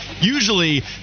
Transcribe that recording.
Usually